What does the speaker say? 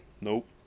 Nope